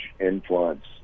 influence